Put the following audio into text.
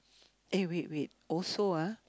eh wait wait also ah